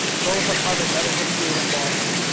both of harvard medical school in boston.